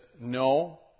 no